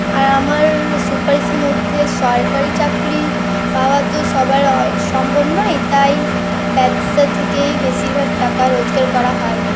আর আমার সুপারিশের মধ্যে সরকারি চাকরি পাওয়া তো সবার সম্ভব নয় তাই ব্যবসা থেকেই বেশীরভাগ টাকা রোজগার করা হয়